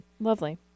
Lovely